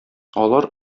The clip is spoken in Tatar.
алар